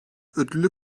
ödülü